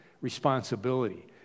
responsibility